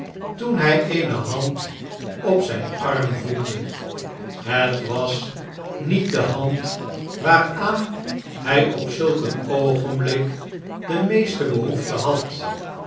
toen hij eene hand op zijn arm voelde het was niet die hand waaraan hij op zulk een oogenblik de meeste behoefte had